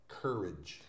courage